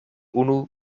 unu